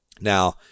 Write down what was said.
Now